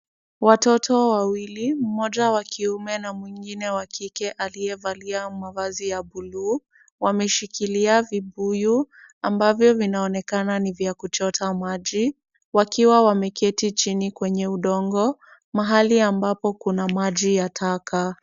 Watoto wawili, mmoja wa kiume na mwingine wa kike alievalia mavazi ya buluu, wameshikilia vibuyu ambavyo vinaonekana ni vya kuchota maji, wakiwa wameketi chini kwenye udongo, mahali ambapo kuna maji ya taka.